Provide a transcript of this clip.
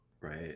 Right